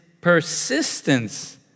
persistence